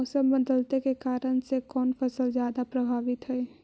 मोसम बदलते के कारन से कोन फसल ज्यादा प्रभाबीत हय?